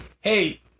Hey